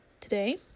today